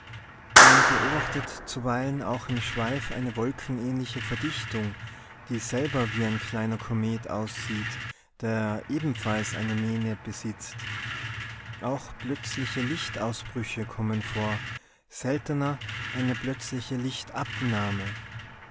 man beobachtet zuweilen auch im schweif eine wolkenähnliche verdichtung die selber wie ein kleiner komet aussieht der ebenfalls eine mähne besitzt auch plötzliche lichtausbrüche kommen vor seltener eine plötzliche